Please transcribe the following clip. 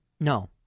No